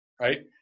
right